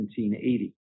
1780